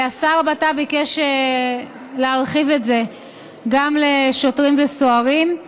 השר לביטחון פנים ביקש להרחיב את זה גם לשוטרים ולסוהרים.